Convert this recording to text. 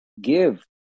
give